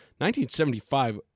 1975